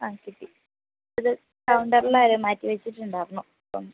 ആ കിട്ടി ഇത് കൗണ്ടറിൽ ആരോ മാറ്റി വെച്ചിട്ടുണ്ടായിരുന്നു അപ്പം